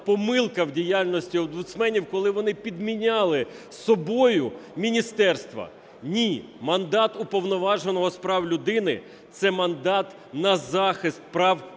в діяльності омбудсменів, коли вони підміняли собою міністерства. Ні, мандат Уповноваженого з прав людини – це мандат на захист прав